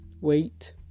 Wait